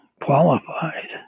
qualified